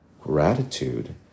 gratitude